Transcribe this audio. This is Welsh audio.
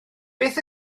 beth